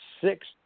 six